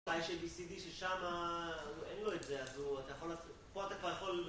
יש ABCD ששם אין לו את זה, אז הוא, אתה יכול לעשות, פה אתה כבר יכול...